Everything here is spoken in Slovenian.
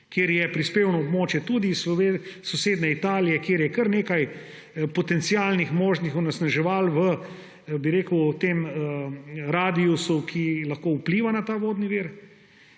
kjer je prispevno območje tudi iz sosednje Italije, kjer je kar nekaj potencialnih možnih onesnaževal vtem radiusu, ki lahko vpliva na ta vodni vir.